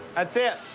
that's it.